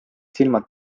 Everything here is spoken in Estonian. silmad